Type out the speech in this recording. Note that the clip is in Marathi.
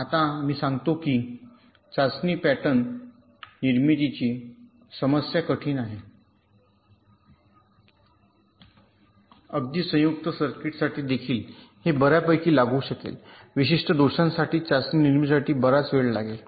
आता मी सांगते की चाचणी पॅटर्न निर्मितीची समस्या कठीण आहे अगदी संयुक्त सर्किट्ससाठी देखील हे बर्यापैकी लागू शकेल विशिष्ट दोषांसाठी चाचणी निर्मितीसाठी बराच वेळ लागेल